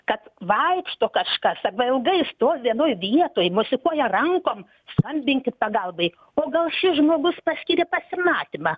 kad vaikšto kažkas arba ilgai stovi vienoj vietoj mosikuoja rankom skambinkit pagalbai o gal šis žmogus paskyrė pasimatymą